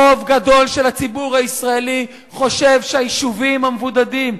רוב גדול של הציבור הישראלי חושב שהיישובים המבודדים,